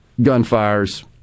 gunfires